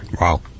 Wow